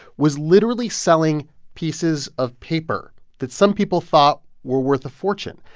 was literally selling pieces of paper that some people thought were worth a fortune.